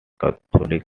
catholic